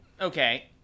Okay